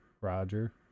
Roger